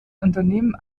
unternehmen